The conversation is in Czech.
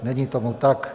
Není tomu tak.